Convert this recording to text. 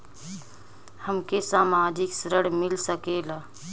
हमके मासिक ऋण मिल सकेला?